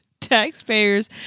Taxpayers